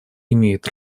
имеет